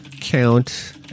count